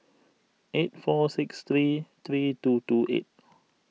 eight four six three three two two eight